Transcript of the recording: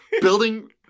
building